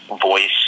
voice